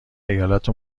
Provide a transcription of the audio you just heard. ایالت